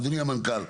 אדוני המנכ"ל,